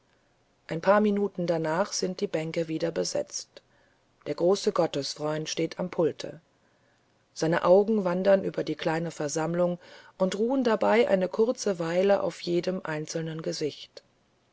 ein paar minuten danach sind die bänke wieder besetzt der große gottesfreund steht am pulte seine augen wandern über die kleine versammlung und ruhen dabei eine kurze weile auf jedem einzelnen gesicht